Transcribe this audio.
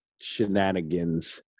shenanigans